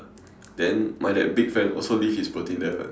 then my that big friend also leave his protein there [one]